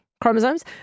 chromosomes